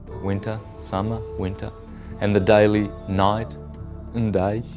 winter, summer, winter and the daily night and day.